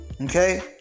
Okay